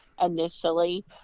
initially